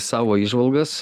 savo įžvalgas